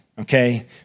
okay